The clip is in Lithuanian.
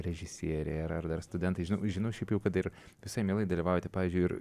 režisieriai ar ar dar studentai žinau žinau šiaip jau dar visai mielai dalyvaujate pavyzdžiui ir